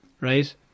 right